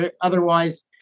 Otherwise